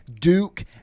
Duke